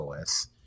os